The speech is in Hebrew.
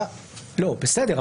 בסדר,